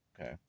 Okay